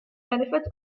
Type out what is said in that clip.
benefits